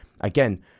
again